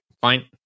fine